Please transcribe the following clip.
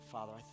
Father